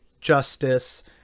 justice